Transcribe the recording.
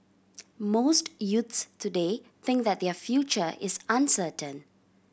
most youths today think that their future is uncertain